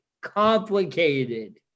complicated